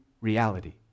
reality